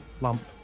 lump